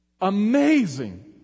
Amazing